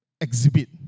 exhibit